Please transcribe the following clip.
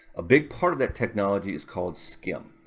a big part of that technology is called scim,